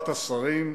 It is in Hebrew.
רבת השרים.